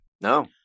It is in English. No